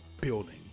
building